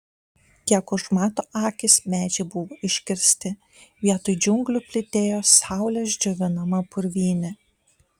kiek užmato akys medžiai buvo iškirsti vietoj džiunglių plytėjo saulės džiovinama purvynė